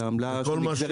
אלא עמלה שנגזרת